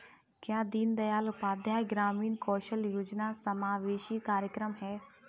क्या दीनदयाल उपाध्याय ग्रामीण कौशल योजना समावेशी कार्यक्रम है?